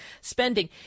spending